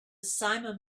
simum